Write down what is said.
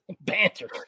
banter